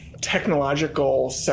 Technological